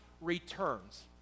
returns